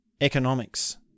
economics